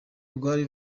rwari